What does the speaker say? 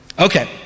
Okay